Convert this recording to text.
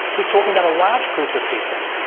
we're talking about a large group of people.